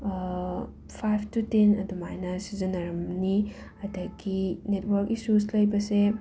five two ten ꯑꯗꯨꯃꯥꯏꯅ ꯁꯤꯖꯤꯟꯅꯔꯝꯅꯤ ꯑꯗꯒꯤ ꯅꯦꯠꯋꯔꯛ ꯏꯁꯨꯁ ꯂꯩꯕꯁꯦ